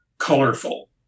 Colorful